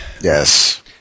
Yes